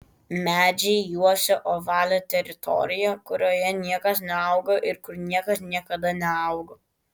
medžiai juosia ovalią teritoriją kurioje niekas neauga ir kur niekas niekada neaugo